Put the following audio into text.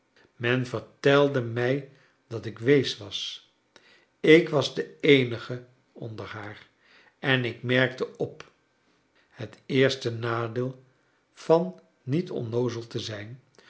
men vertelde mij dat ik wees was ik was de eenige onder haar en ik merkte op het eerste nadeel van niet onnoozel te zijn